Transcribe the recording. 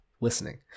listening